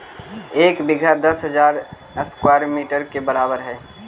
एक बीघा दस हजार स्क्वायर मीटर के बराबर हई